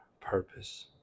purpose